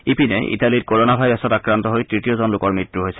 ইপিনে ইটালীত কৰনা ভাইৰাছত আক্ৰান্ত হৈ তৃতীয়জন লোকৰ মৃত্যু হৈছে